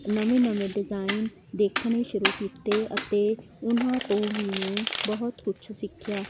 ਨਵੇਂ ਨਵੇਂ ਡਿਜ਼ਾਈਨ ਦੇਖਣੇ ਸ਼ੁਰੂ ਕੀਤੇ ਅਤੇ ਉਹਨਾਂ ਤੋਂ ਵੀ ਮੈਂ ਬਹੁਤ ਕੁਛ ਸਿੱਖਿਆ